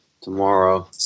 tomorrow